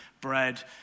bread